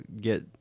get